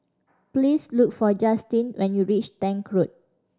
please look for Justyn when you reach Tank Road